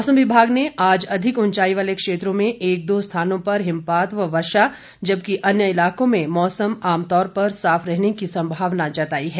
मौसम विभाग ने आज अधिक उंचाई वाले क्षेत्रों में एक दो स्थानों पर हिमपात व वर्षा जबकि अन्य इलाकों में मौसम आमतौर पर साफ रहने की संभावना जताई है